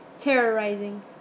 terrorizing